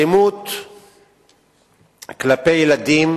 אלימות כלפי ילדים